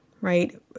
Right